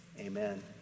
amen